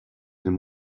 den